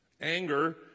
Anger